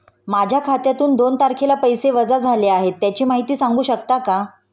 माझ्या खात्यातून दोन तारखेला पैसे वजा झाले आहेत त्याची माहिती सांगू शकता का?